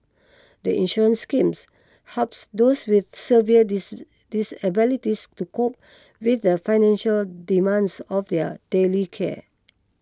the insurance schemes helps those with severe disabilities to cope with the financial demands of their daily care